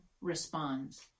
responds